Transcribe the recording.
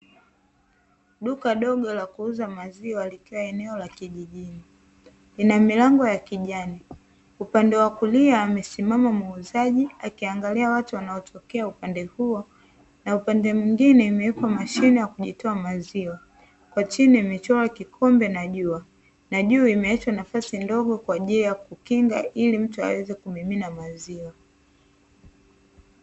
Duka dogo la kuuza maziwa likiwa eneo la kijijini, lina milango ya kijani. Upande wa kulia amesimama muuzaji akiangalia watu wanaotokea upande huo, na upande mwingine imewekwa mashine ya kujitoa maziwa. Kwa chini imechorwa kikombe na jua na juu imeachwa nafasi ndogo kwa ajili ya kukinga ili mtu aweze kumimina maziwa.